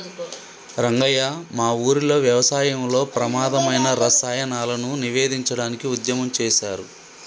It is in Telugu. రంగయ్య మా ఊరిలో వ్యవసాయంలో ప్రమాధమైన రసాయనాలను నివేదించడానికి ఉద్యమం సేసారు